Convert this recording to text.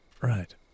Right